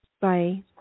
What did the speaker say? Bye